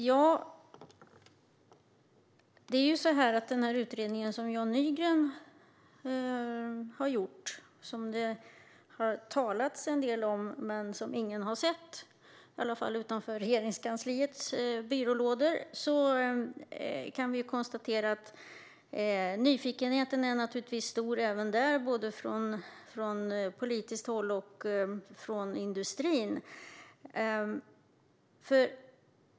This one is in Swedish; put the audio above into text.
När det gäller den utredning som Jan Nygren har gjort och som det har talats en del om - men som ingen har sett, i alla fall ingen utanför Regeringskansliet - är nyfikenheten naturligtvis stor både från politiskt håll och från industrin.